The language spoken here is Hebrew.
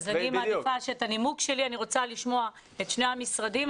אבל אני מעדיפה לשמוע את שני המשרדים.